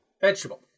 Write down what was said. Vegetable